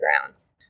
grounds